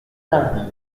tardy